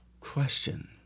question